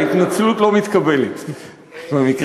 ההתנצלות לא מתקבלת במקרה הזה.